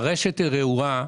הרשת רעועה